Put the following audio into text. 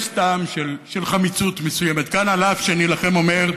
יש טעם של חמיצות מסוימת כאן, אף שאני לכם אומר,